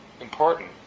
important